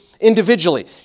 individually